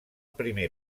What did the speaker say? primer